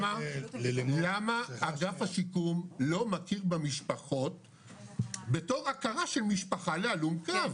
למה אגף השיקום לא מכיר במשפחות בתור הכרה של משפחה להלום קרב?